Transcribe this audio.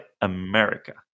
america